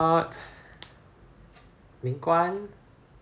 art ming-guan